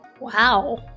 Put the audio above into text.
Wow